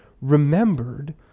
remembered